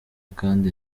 kandi